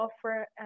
offer